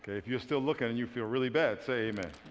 if you're still looking and you feel really bad, say amen.